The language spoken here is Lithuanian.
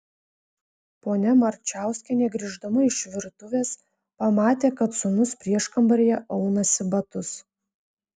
ponia marčiauskienė grįždama iš virtuvės pamatė kad sūnus prieškambaryje aunasi batus